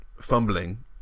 fumbling